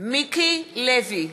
ז'קי לוי,